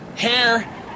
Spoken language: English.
Hair